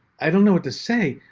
i don't know what to say.